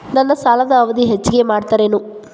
ನನ್ನ ಸಾಲದ ಅವಧಿ ಹೆಚ್ಚಿಗೆ ಮಾಡ್ತಿರೇನು?